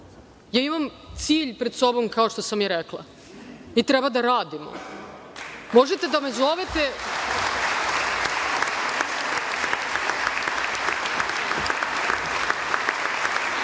imam cilj pred sobom kao što sam i rekla. Mi treba da radimo. Možete da me zovete